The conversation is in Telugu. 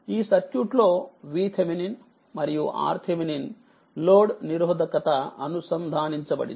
ఈ సర్క్యూట్ లోVThమరియుRThలోడ్ నిరోధకత అనుసందానించబడింది